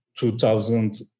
2000